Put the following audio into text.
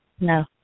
No